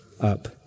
up